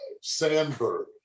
Sandberg